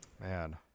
Man